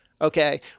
okay